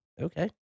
Okay